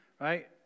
right